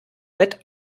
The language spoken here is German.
bett